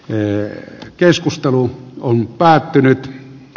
myös keskustelu on päättynyt